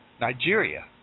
Nigeria